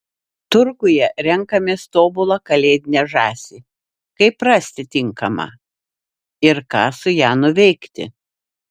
turguje renkamės tobulą kalėdinę žąsį kaip rasti tinkamą ir ką su ja nuveikti